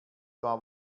war